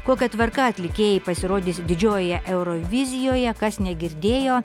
kokia tvarka atlikėjai pasirodys didžiojoje eurovizijoje kas negirdėjo